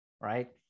right